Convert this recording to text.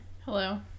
Hello